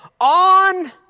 on